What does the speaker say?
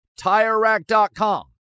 TireRack.com